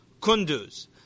Kunduz